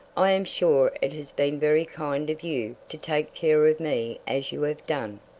i am sure it has been very kind of you to take care of me as you have done.